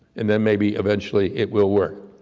and then maybe eventually it will work.